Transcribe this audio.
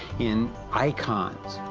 in icons,